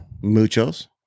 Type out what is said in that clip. Muchos